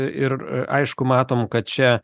ir aišku matom kad čia